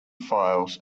files